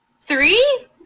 three